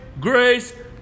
grace